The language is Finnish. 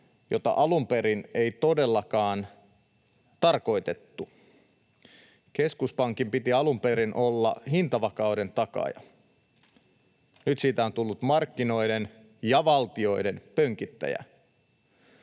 jota alun perin ei todellakaan tarkoitettu. Keskuspankin piti alun perin olla hintavakauden takaaja. Nyt siitä on tullut markkinoiden ja valtioiden pönkittäjä.